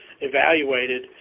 evaluated